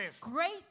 great